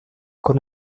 con